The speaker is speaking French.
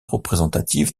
représentatives